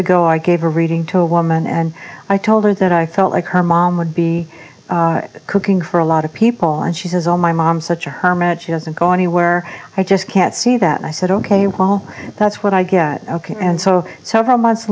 ago i gave a reading to a woman and i told her that i felt like her mom would be cooking for a lot of people and she says oh my mom's such a hermit she doesn't go anywhere i just can't see that i said ok well that's what i get ok and so so far months